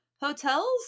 hotels